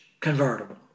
convertible